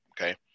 Okay